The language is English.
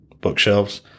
bookshelves